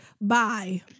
Bye